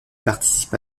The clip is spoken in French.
participe